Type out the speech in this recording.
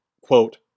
quote